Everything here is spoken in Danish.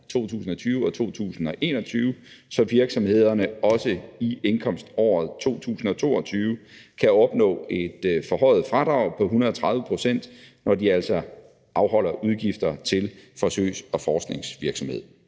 2020 og 2021, så virksomhederne også i indkomståret 2022 kan opnå et forhøjet fradrag på 130 pct., når de altså afholder udgifter til forsøgs- og forskningsvirksomhed.